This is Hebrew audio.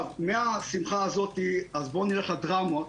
מהשמחה הזאת נלך לדרמות.